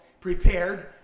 prepared